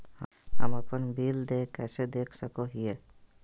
हम अपन बिल देय कैसे देख सको हियै?